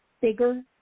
bigger